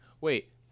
Wait